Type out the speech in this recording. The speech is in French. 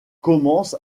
commence